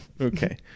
okay